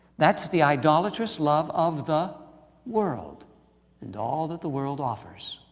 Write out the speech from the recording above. that's the idolatrous love of the world and all that the world offers.